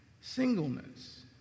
singleness